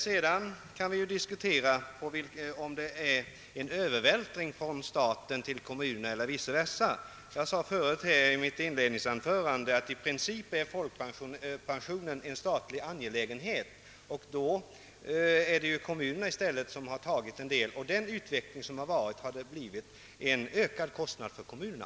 Sedan kan vi diskutera om det är en övervältring från staten till kommunerna eller tvärtom. Jag sade i mitt inledningsanförande att folkpensionen i princip är en statliga angelägenhet. Då är det ju i stället kommunerna som nu har tagit på sig en del av bördan, och den utveckling som ägt rum har medfört en ökad kostnad för kommunerna.